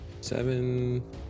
seven